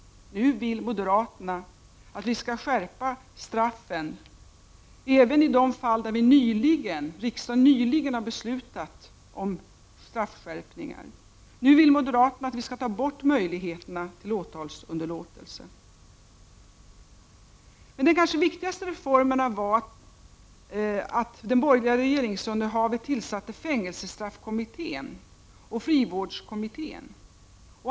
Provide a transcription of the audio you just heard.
Nu vill moderaterna att vi skall skärpa straffen även i de fall där riksdagen nyligen har beslutat om straffskärpningar. Nu vill moderaterna att vi skall ta bort möjligheterna till åtalsunderlåtelse. Men den kanske viktigaste reformen var att de borgerliga regeringarna tillsatte fängelsestraffkommittén och frivårdskommittén.